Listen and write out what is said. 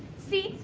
see,